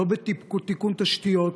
לא בתיקון תשתיות,